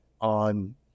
on